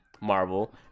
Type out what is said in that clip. Marvel